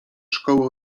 szkoły